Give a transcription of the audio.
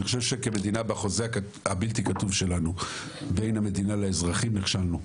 אני חושב שכמדינה בחוזה הבלתי כתוב שלנו בין המדינה לאזרחים נכשלנו.